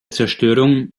zerstörung